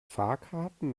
fahrkarten